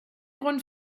grund